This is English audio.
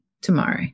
tomorrow